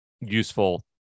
useful